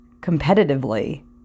competitively